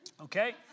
Okay